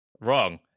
Wrong